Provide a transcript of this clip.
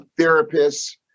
therapists